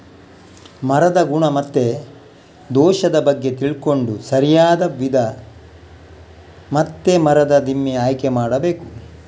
ಮರದ ಗುಣ ಮತ್ತೆ ದೋಷದ ಬಗ್ಗೆ ತಿಳ್ಕೊಂಡು ಸರಿಯಾದ ವಿಧ ಮತ್ತೆ ಮರದ ದಿಮ್ಮಿ ಆಯ್ಕೆ ಮಾಡಬೇಕು